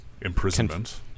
imprisonment